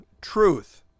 Truth